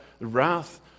wrath